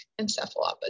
encephalopathy